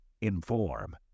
Inform